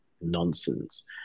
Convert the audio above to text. nonsense